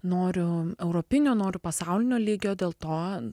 noriu europinio noriu pasaulinio lygio dėl to